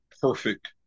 perfect